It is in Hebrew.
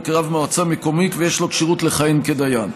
כרב מועצה מקומית ויש לו כשירות לכהן כדיין.